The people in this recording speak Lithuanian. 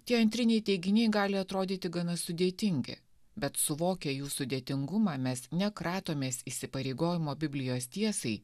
tie antriniai teiginiai gali atrodyti gana sudėtingi bet suvokę jų sudėtingumą mes ne kratomės įsipareigojimo biblijos tiesai